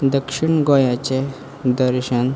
दक्षीण गोंयाचें दर्शन